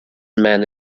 men